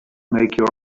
make